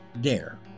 Dare